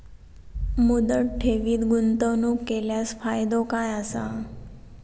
मुदत ठेवीत गुंतवणूक केल्यास फायदो काय आसा?